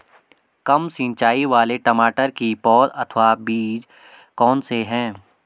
कम सिंचाई वाले टमाटर की पौध अथवा बीज कौन से हैं?